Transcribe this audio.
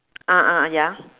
ah ah ya